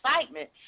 excitement